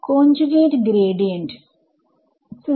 conjugate gradient conjugate gradient